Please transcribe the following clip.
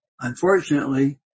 Unfortunately